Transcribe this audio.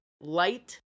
light